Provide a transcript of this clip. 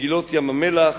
מגילות ים-המלח,